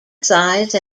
size